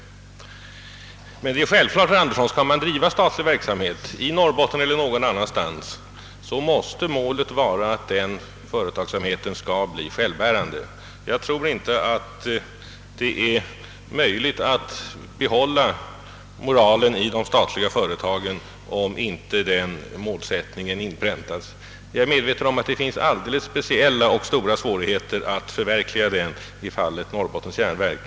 Emellertid är det självklart, herr Andersson, att om man skall driva statlig verksamhet i Norrbotten eller någon annanstans, måste målet vara att den företagsamheten skall bli självbärande. Jag tror inte att det är möjligt att upprätthålla moralen i de statliga företagen, om inte den målsättningen inpräntas. Jag är medveten om att det finns alldeles speciella och stora svårigheter att förverkliga dem i fallet Norrbottens järnverk.